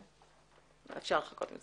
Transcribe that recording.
אפשר לחכות.